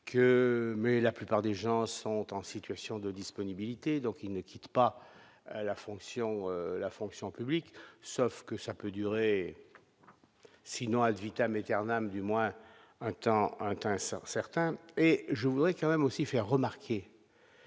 mais la plupart des gens sont en situation de disponibilité, donc il ne quitte pas la fonction, la fonction publique, sauf que ça peut durer sinon ad vitam eternam, du moins un temps intéressant certains et je voudrais quand même aussi faire remarquer.